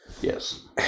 yes